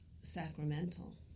sacramental